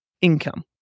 income